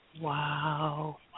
Wow